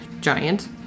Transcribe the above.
giant